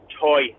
toy